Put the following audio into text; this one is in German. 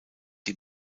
die